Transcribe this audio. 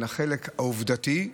החלק העובדתי,